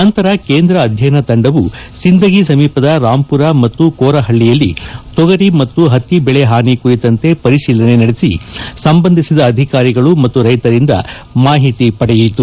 ನಂತರ ಕೇಂದ್ರ ಅಧ್ವಯನ ತಂಡವು ಸಿಂದಗಿ ಸಮೀಪದ ರಾಂಪೂರ ಮತ್ತು ಕೋರಹಳ್ಳಯಲ್ಲಿ ತೊಗರಿ ಮತ್ತು ಹತ್ತಿ ಬೆಳೆ ಹಾನಿ ಕುರಿತಂತೆ ಪರಿತೀಲನೆ ನಡೆಸಿ ಸಂಬಂಧಿಸಿದ ಅಧಿಕಾರಿಗಳು ಮತ್ತು ರೈತರಿಂದ ಮಾಹಿತಿ ಪಡೆಯಿತು